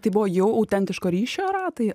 tai buvo jau autentiško ryšio ratai